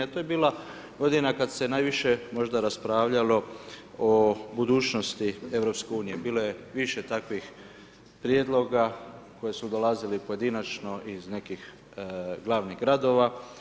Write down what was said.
To je bila godina kada se najviše možda raspravljalo o budućnosti EU, bilo je više takvih prijedloga koji su dolazili pojedinačno iz nekih glavnih gradova.